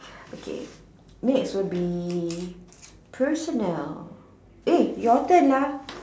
okay next will be personal eh your turn lah